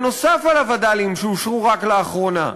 נוסף על הווד"לים שאושרו רק לאחרונה.